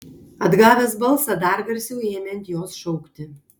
atgavęs balsą dar garsiau ėmė ant jos šaukti